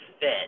fit